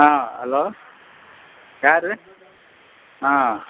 ஆ hello யார் ஆ